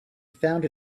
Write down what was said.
found